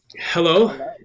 hello